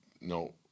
No